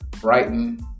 Brighton